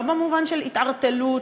לא במובן של התערטלות,